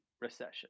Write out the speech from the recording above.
recession